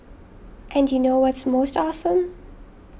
and you know what's most awesome